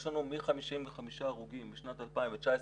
יש לנו מ-55 הרוגים בשנת 2019,